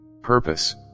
purpose